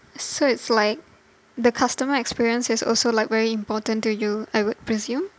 so it's like the customer experience is also like very important to you I would presume